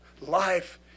Life